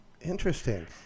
Interesting